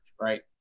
right